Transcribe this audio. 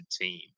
team